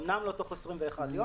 אומנם לא תוך 21 יום.